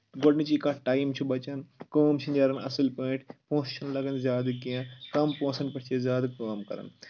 گۄڈٕنِچہِ کَتھ ٹایم چھُ بَچان کٲم چھِ نیرَان اَصٕل پٲٹھۍ پونٛسہٕ چھُنہٕ لَگَان زیادٕ کینٛہہ کَم پونٛسَن پؠٹھ چھِ أسۍ زیادٕ کٲم کَرَان